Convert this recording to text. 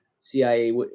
cia